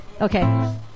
okay